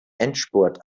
endspurt